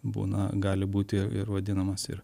būna gali būti ir vadinamas ir